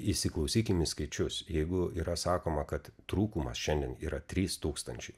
įsiklausykim į skaičius jeigu yra sakoma kad trūkumas šiandien yra trys tūkstančiai